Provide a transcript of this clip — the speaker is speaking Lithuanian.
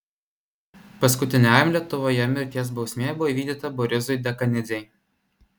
paskutiniajam lietuvoje mirties bausmė buvo įvykdyta borisui dekanidzei